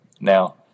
Now